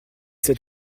cet